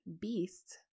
beasts